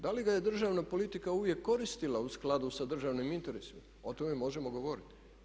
Da li ga je državna politika uvijek koristila u skladu sa državnim interesima o tome možemo govoriti.